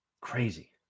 Crazy